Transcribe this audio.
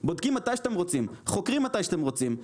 בודקים מתי שאתם רוצים, חוקרים מתי שאתם רוצים.